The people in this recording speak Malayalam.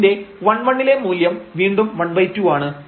ഇതിന്റെ 11 ലെ മൂല്യം വീണ്ടും 12 ആണ്